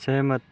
सहमत